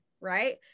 right